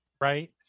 Right